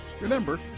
Remember